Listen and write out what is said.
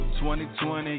2020